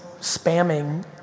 spamming